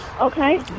Okay